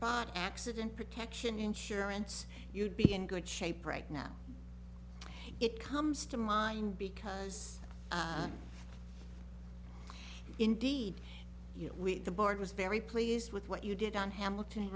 bought accident protection insurance you'd be in good shape right now it comes to mind because indeed we the board was very pleased with what you did on hamilton